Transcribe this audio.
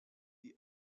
die